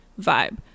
vibe